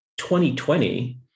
2020